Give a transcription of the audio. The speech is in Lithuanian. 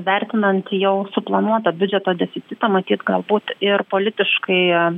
vertinant jau suplanuotą biudžeto deficitą matyt galbūt ir politiškai